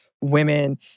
women